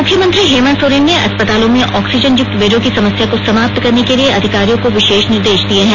मुख्यमंत्री हेमंत सोरेन ने अस्पतालों में ऑक्सीजन युक्त बेडों की समस्या को समाप्त करने के लिये अधिकारिसयों को विशेष निर्देश दिये हैं